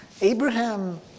Abraham